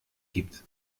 gibt